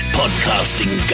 podcasting